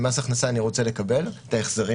נניח ממס הכנסה אני רוצה לקבל את ההחזרים